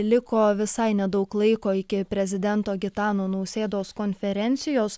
liko visai nedaug laiko iki prezidento gitano nausėdos konferencijos